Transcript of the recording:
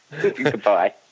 Goodbye